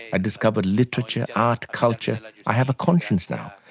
i discovered literature, art, culture. like i have a conscience now.